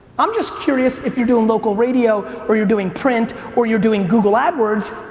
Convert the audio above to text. i'm just curious if you're doing local radio or you're doing print or you're doing google adwords,